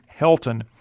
Helton